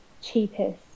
cheapest